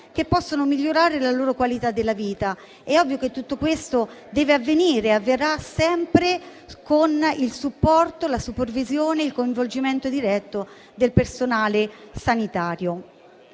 che possano migliorare la loro qualità della vita. È ovvio che tutto questo deve avvenire e avverrà sempre con il supporto, la supervisione e il coinvolgimento diretto del personale sanitario.